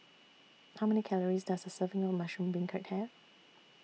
How Many Calories Does A Serving of Mushroom Beancurd Have